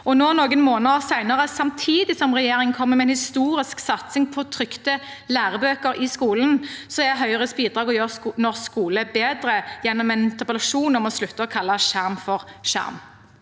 Nå – noen måneder senere og samtidig som regjeringen kommer med en historisk satsing på trykte lærebøker i skolen – er Høyres bidrag å gjøre norsk skole bedre gjennom en interpellasjon om å slutte å kalle skjerm for skjerm.